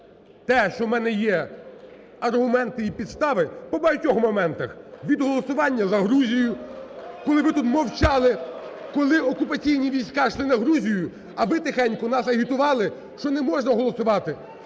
те, що у мене є аргументи і підстави по багатьом моментах – від голосування за Грузію, коли ви тут мовчали, коли окупаційні війська йшли на Грузію, а ви тихенько нас агітували, що не можна голосувати;